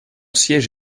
siège